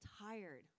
tired